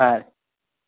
ಹಾಂ ರೀ